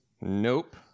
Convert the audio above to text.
Nope